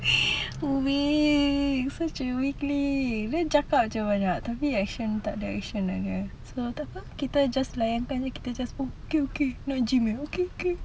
weak such a weakling then cakap jer banyak tapi action tak ada action ada so tidak apa lah kita just layan kan kita just okay okay nak gym eh okay